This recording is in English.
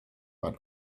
but